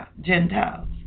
Gentiles